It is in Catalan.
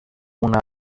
una